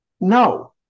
No